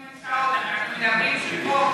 אנחנו לא מדברים על שעות,